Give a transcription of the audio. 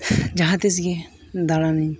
ᱡᱟᱦᱟᱸ ᱛᱤᱥᱜᱮ ᱫᱟᱬᱟᱱᱤᱧ